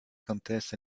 contest